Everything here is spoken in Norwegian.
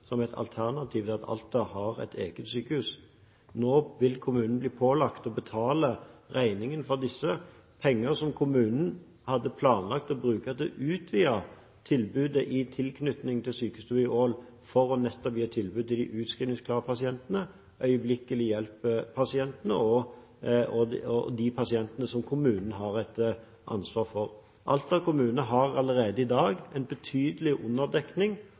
som et alternativ ved at Alta har et eget sykehus. Nå vil kommunen bli pålagt å betale regningen for disse – penger som kommunen hadde planlagt å bruke til å utvide tilbudet i tilknytning til sykestua i Alta, for nettopp å gi et tilbud til de utskrivningsklare pasientene, øyeblikkelig-hjelp-pasientene og de pasientene som kommunen har et ansvar for. Alta kommune har allerede i dag en betydelig underdekning